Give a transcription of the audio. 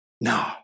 No